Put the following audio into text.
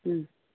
ও